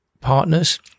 partners